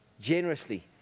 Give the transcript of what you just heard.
generously